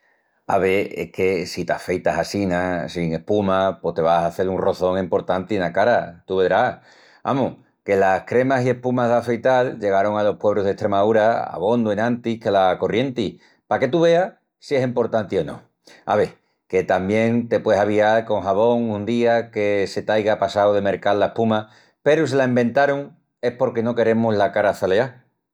Ave, es que si t'afeitas assina sin espuma pos te vas a hazel un roçón emportanti ena cara, tú vedrás. Amus, que las cremas i espumas d'afeital llegarun alos puebrus d'Estremaúra abondu enantis que la corrienti, paque tú veas si es emportanti o no. Ave, que tamién te pueis avial con xabón un día que se t'aiga passau de mercal la espuma peru si la enventarun es porque no queremus la cara çaleá.